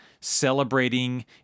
celebrating